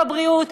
בבריאות,